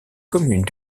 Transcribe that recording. commune